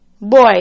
Boy